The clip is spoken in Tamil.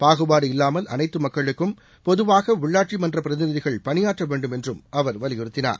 பாகுபாடு இல்வாமல் அனைத்து மக்களுக்கும் பொதுவாக உள்ளாட்சி மன்ற பிரதிநிதிகள் பணியாற்ற வேண்டும் என்றும் அவர் வலியுறுத்தினார்